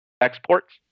exports